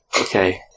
Okay